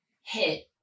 hit